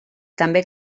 també